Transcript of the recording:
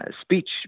speech